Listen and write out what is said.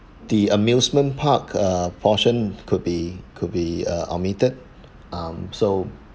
the amusement park uh portion could be could be uh omitted um so